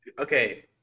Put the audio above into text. okay